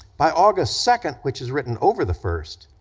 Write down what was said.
by august second, which is written over the first,